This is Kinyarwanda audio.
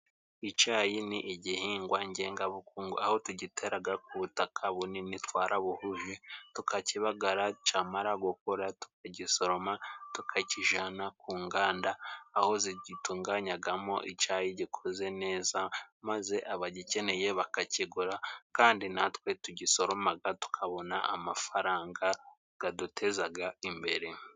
Icayi ni igihingwa ngengabukungu aho tugiteraga ku butaka bunini twarabuhuje tukakibagara camara gukura tukagisoroma tukakijana ku nganda aho zigitunganyagamo icayi gikoze neza maze abagikeneye bakakigura kandi natwe tugisoromaga tukabona amafaranga gadutezaga imbere.